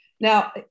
Now